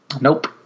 Nope